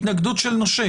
התנגדות של נושה